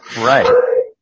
Right